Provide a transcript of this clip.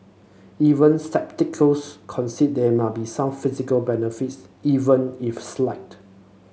even concede there may be some physical benefits even if slight